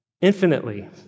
Infinitely